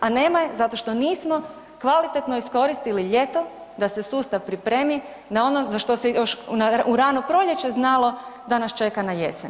A nema je zato što nismo kvalitetno iskoristili ljeto da se sustav pripremi na ono za što se još u rano proljeće znalo da nas čeka na jesen.